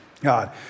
God